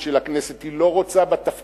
היא לא רוצה בדומיננטיות של הכנסת.